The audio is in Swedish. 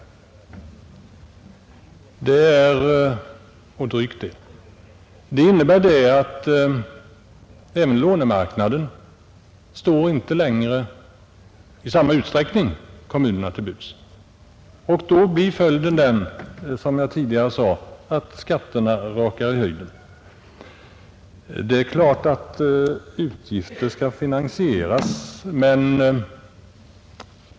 Detta innebär att inte heller lånemarknaden längre står kommunerna till buds i samma utsträckning. Då blir följden, som jag tidigare sade, att skatterna rakar i höjden. Det är klart att utgifter skall finansieras.